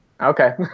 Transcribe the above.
Okay